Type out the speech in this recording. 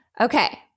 Okay